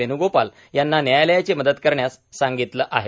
वेणुगोपाल यांना न्यायालयाची मदत करण्यास सांगितलं आहे